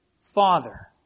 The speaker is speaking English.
Father